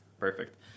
Perfect